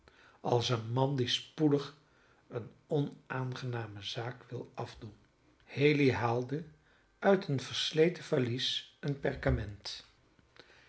als een man die spoedig eene onaangename zaak wil afdoen haley haalde uit een versleten valies een perkament